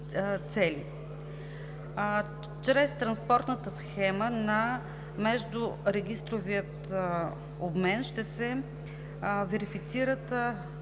цели. Чрез транспортната схема на междурегистровия обмен (RegiX) ще се верифицира